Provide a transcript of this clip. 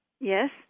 Yes